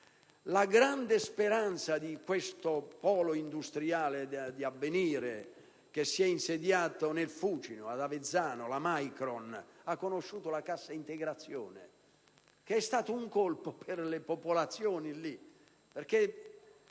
La grande speranza di questo polo industriale che si è insediato nel Fucino, ad Avezzano, la Micron, ha conosciuto la cassa integrazione, che è stato un duro colpo per le popolazioni